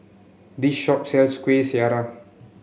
this shop sells Kueh Syara